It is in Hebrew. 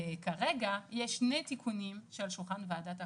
כרגע יש שני תיקונים על שולחן ועדת החוקה,